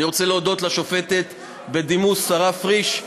אני רוצה להודות לשופטת בדימוס שרה פריש,